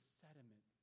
sediment